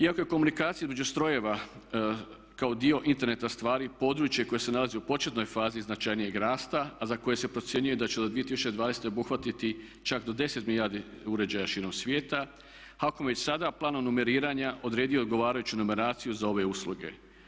Iako je komunikacija između strojeva kao dio interneta stvari područje koje se nalazi u početnoj fazi značajnijeg rasta a za koje se procjenjuje da će do 2020. obuhvatiti čak do 10 milijardi uređaja širom svijeta, HAKOM je već sada planom numeriranja odredio odgovarajuću numeraciju za ove usluge.